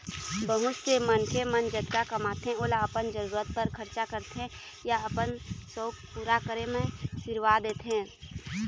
बहुत से मनखे मन जतका कमाथे ओला अपन जरूरत बर खरचा करथे या अपन सउख पूरा करे म सिरवा देथे